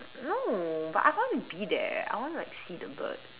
no but I want to be there I want to like see the bird